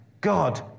God